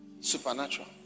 Supernatural